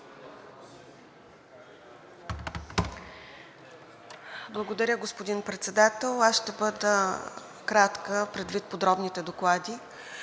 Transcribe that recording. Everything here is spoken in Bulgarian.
Благодаря, господин Председател! Аз ще бъда кратка, предвид подробните доклади.